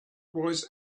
was